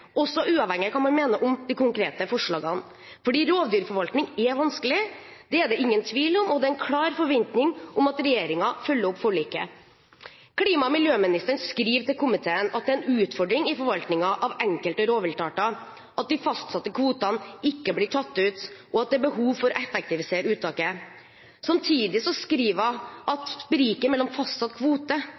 uavhengig av hva man mener om de konkrete forslagene. Rovdyrforvaltning er vanskelig – det er det ingen tvil om – og det er en klar forventning om at regjeringen følger opp forliket. Klima- og miljøministeren skriver til komiteen at det er en utfordring i forvaltningen av enkelte rovviltarter at de fastsatte kvotene ikke blir tatt ut, og at det er behov for å effektivisere uttaket. Samtidig skriver hun at spriket mellom fastsatt kvote